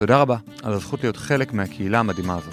תודה רבה על הזכות להיות חלק מהקהילה המדהימה הזו